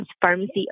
pharmacy